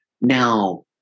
Now